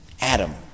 Adam